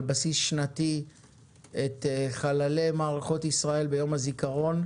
בסיס שנתי את חללי מערכות ישראל ביום הזיכרון.